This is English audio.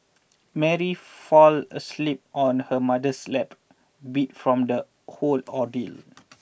Mary fell asleep on her mother's lap beat from the whole ordeal